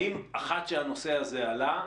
האם כשהנושא הזה עלה,